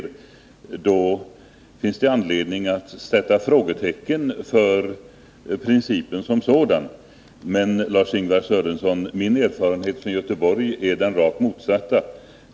Om det är så, finns det anledning att sätta frågetecken för principen som sådan. Men, Lars-Ingvar Sörenson, min erfarenhet från Göteborg är den rakt motsatta.